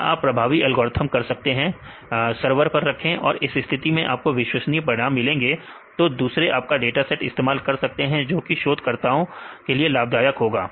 या आप प्रभावी एल्गोरिथ्म कर सकते हैं सरवर पर रखें और इस स्थिति में आपको विश्वसनीय परिणाम मिलेंगे तो दूसरे आपका डाटा सेट इस्तेमाल कर सकते हैं जो कि दूसरे शोधकर्ताओं लाभदायक होगा